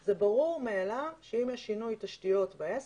זה ברור מאליו שאם יש שינוי תשתיות בעסק,